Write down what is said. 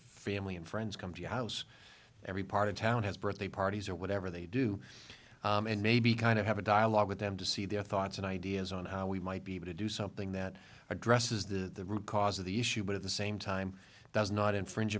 family and friends come to your house every part of town has birthday parties or whatever they do and maybe kind of have a dialogue with them to see their thoughts and ideas on how we might be able to do something that addresses the root cause of the issue but at the same time does not infringe